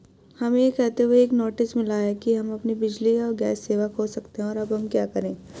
हमें यह कहते हुए एक नोटिस मिला कि हम अपनी बिजली या गैस सेवा खो सकते हैं अब हम क्या करें?